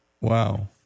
Wow